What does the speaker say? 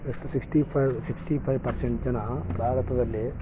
next sixty five sixty five percent ಜನ ಭಾರತದಲ್ಲಿ